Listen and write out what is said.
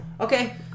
Okay